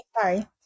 Sorry